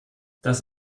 das